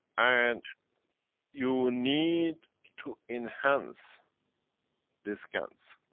and you need to enhance this gans.